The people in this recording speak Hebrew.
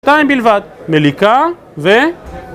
שתיים בלבד, מליקה ו...